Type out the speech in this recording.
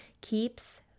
keeps